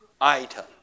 item